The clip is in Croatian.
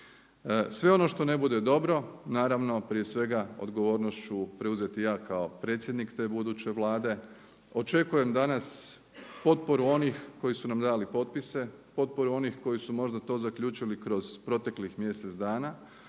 Sve ono što ne bude dobro naravno prije svega odgovornošću preuzeti ja kao predsjednik te buduće Vlade. Očekujem danas potporu onih koji su nam dali potpise, potporu onih koji su možda to zaključili kroz proteklih mjesec dana.